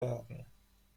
werden